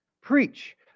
Preach